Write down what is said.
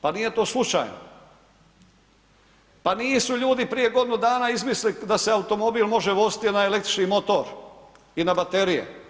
Pa nije to slučajno, pa nisu ljudi prije godinu dana izmislili da se automobil može vozit na električni motor i na baterije.